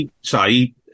Sorry